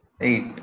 Eight